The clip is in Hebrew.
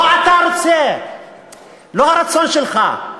לא הרצון שלך.